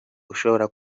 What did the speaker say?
ushobora